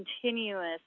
continuous